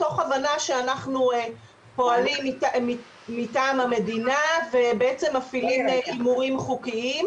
תוך הבנה שאנחנו פועלים מטעם המדינה ובעצם מפעילים הימורים חוקיים,